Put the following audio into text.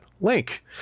link